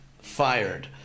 fired